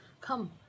come